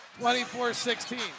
24-16